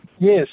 Yes